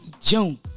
June